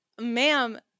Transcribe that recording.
ma'am